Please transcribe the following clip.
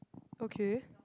okay